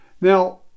Now